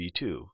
v2